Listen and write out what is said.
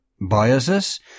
biases